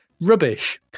Rubbish